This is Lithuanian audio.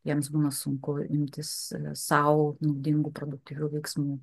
jiems būna sunku imtis sau naudingų produktyvių veiksmų